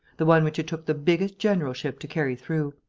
the one which it took the biggest generalship to carry through.